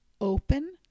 Open